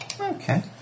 Okay